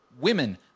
women